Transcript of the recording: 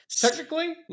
Technically